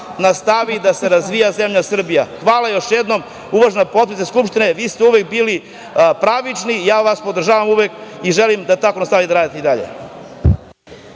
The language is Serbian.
nastavi da se razvija zemlja Srbija. Hvala još jednom, uvažena potpredsednice Skupštine, vi ste uvek bili pravični i ja vas podržavam uvek i želim da tako nastavite da radite i dalje.